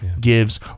gives